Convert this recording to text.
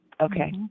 Okay